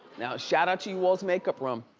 now, shout out to you all's make up room.